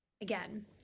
again